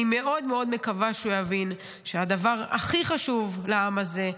אני מאוד מאוד מקווה שהוא יבין שהדבר הכי חשוב לעם הזה,